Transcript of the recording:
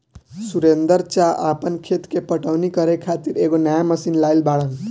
सुरेंदर चा आपन खेत के पटवनी करे खातिर एगो नया मशीन लाइल बाड़न